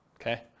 okay